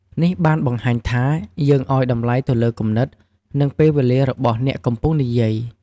នេះបានបង្ហាញថា យើងឲ្យតម្លៃទៅលើគំនិត និងពេលវេលារបស់អ្នកកំពុងនិយាយ។